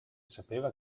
sapeva